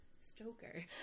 Stoker